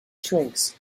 shrinks